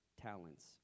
Talents